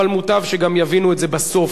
אבל מוטב שגם יבינו את זה בסוף,